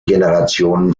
generationen